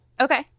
Okay